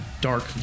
dark